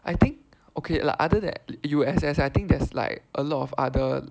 I think okay like other than U_S_S I think there's like a lot of other